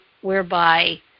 whereby